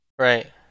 Right